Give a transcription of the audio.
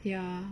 ya